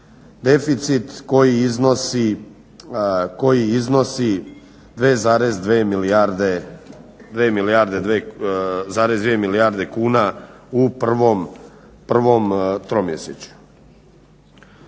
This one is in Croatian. deficit koji iznosi 2,2 milijarde kuna u prvom tromjesečju.